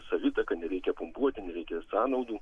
savitaka nereikia pumpuoti nereikia sąnaudų